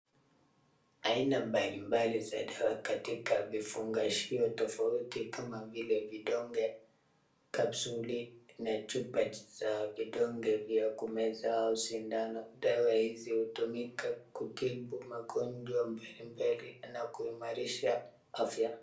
Aina mbalimbali katika vifungashio tofauti kama vile vidonge, kapsuli, na chupa za vidonge vya kumeza au sindano. Dawa hizi hutumika kutibu magonjwa mbalimbali na kuimarisha afya.